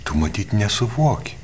tu matyt nesuvoki